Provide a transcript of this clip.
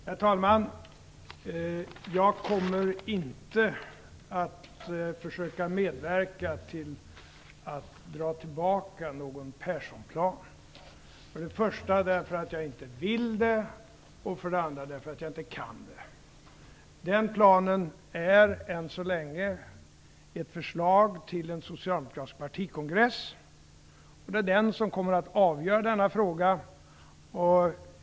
Herr talman! Jag kommer inte att medverka till att försöka dra tillbaka någon Perssonplan. För det första vill jag det inte, och för det andra kan jag det inte. Den planen är än så länge ett förslag till en socialdemokratisk partikongress, vilken är den instans som kommer att avgöra denna fråga.